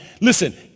Listen